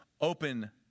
open